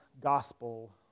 gospel